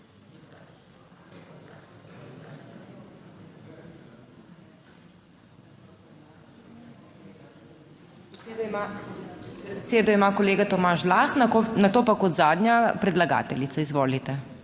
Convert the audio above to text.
Besedo ima kolega Tomaž Lah, nato pa kot zadnja predlagateljica. Izvolite.